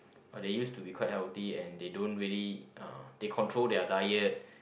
oh they use to be quite healthy and they don't really uh they control their diet